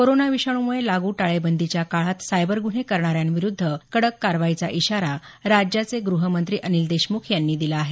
corona विषाणूमुळे लागू टाळेबंदीच्या काळात सायबर गुन्हे करणाऱ्यांविरुद्ध कडक कारवाईचा इशारा राज्याचे ग़हमंत्री अनिल देशमुख यांनी दिला आहे